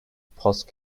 post